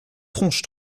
tronche